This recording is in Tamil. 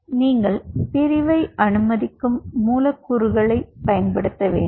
எனவே நீங்கள் பிரிவை அனுமதிக்கும் மூலக்கூறுகளைப் பயன்படுத்த வேண்டும்